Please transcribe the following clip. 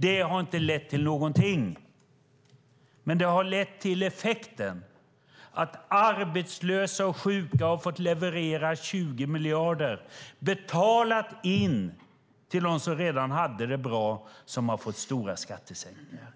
Det har inte lett till någonting, men det har fått effekten att arbetslösa och sjuka har fått betala in 20 miljarder till dem som redan hade det bra. De har fått stora skattesänkningar